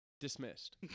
Dismissed